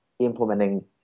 implementing